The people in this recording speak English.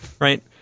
right